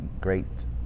great